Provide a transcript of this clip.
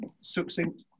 Succinct